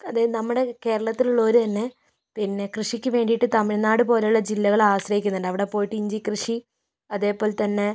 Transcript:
അതായത് നമ്മുടെ കേരളത്തിൽ ഉള്ളോരു തന്നെ പിന്നെ കൃഷിക്ക് വേണ്ടിയിട്ട് തമിഴ്നാട് പോലുള്ള ജില്ലകളെ ആശ്രയിക്കുന്നുണ്ട് അവിടെ പോയിട്ട് ഇഞ്ചി കൃഷി അതേപോലെ തന്നെ